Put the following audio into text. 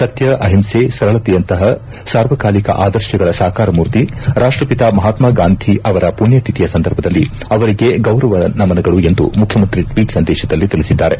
ಸತ್ಯ ಅಹಿಂಸೆ ಸರಳತೆಯಂತಪ ಸಾರ್ವಕಾಲಿಕ ಆದರ್ಶಗಳ ಸಾಕಾರಮೂರ್ತಿ ರಾಷ್ಟಪಿತ ಮಹಾತ್ನಾ ಗಾಂಧಿ ಅವರ ಪುಣ್ಣತಿಥಿಯ ಸಂದರ್ಭದಲ್ಲಿ ಅವರಿಗೆ ಗೌರವ ನಮನಗಳು ಎಂದು ಮುಖ್ಯಮಂತ್ರಿ ಟ್ವೀಟ್ ಸಂದೇಶದಲ್ಲಿ ತಿಳಿಸಿದ್ದಾರೆ